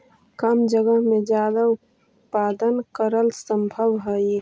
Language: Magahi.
कम जगह में ज्यादा उत्पादन करल सम्भव हई